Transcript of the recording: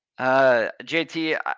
JT